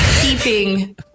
keeping